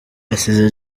yasize